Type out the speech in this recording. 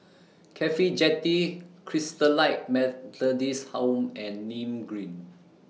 Cafhi Jetty Christalite Methodist Home and Nim Green